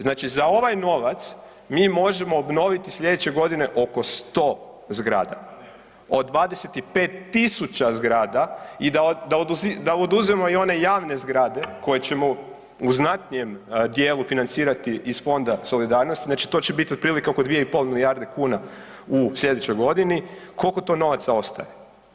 Znači za ovaj novac mi možemo obnoviti sljedeće godine oko 100 zgrada od 25.000 zgrada i da oduzmemo one javne zgrade koje ćemo u znatnijem dijelu financirati iz Fonda solidarnosti, znači to će biti otprilike oko 2,5 milijarde kuna u sljedećoj godini koliko to novaca ostaje.